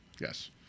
Yes